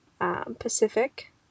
Pacific